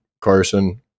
Carson